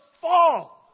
fall